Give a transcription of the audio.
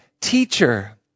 teacher